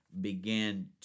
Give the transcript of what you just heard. began